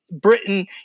Britain